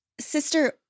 Sister